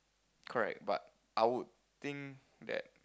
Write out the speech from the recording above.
correct but I would think that